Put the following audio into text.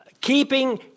keeping